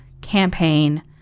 campaign